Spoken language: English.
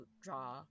draw